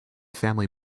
family